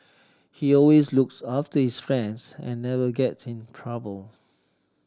he always looks after his friends and never gets in trouble